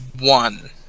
One